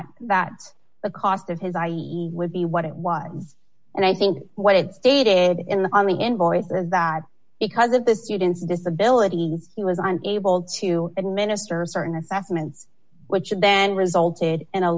that the cost of his i e e e would be what it was and i think what it stated in the on the invoice is that because of the student's disability he was able to administer certain assessments which would then resulted in a